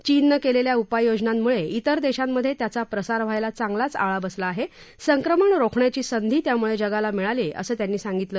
चीननं केलेल्या उपाययोजनांमुळे इतर देशांमध्ये त्याचा प्रसार व्हायला चांगलाच आळा बसला आहे संक्रमण रोखण्याची संधी त्यामुळे जगाला मिळालीय असं त्यांनी सांगितलं